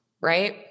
right